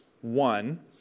one